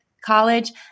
College